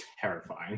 terrifying